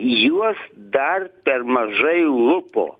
juos dar per mažai lupo